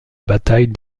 bataille